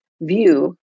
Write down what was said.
view